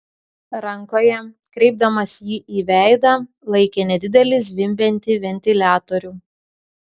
rankoje kreipdamas jį į veidą laikė nedidelį zvimbiantį ventiliatorių